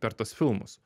per tuos filmus